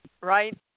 Right